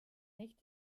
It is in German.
nicht